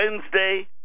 Wednesday